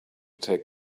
take